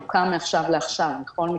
הוא קם מעכשיו לעכשיו בכל מקרה,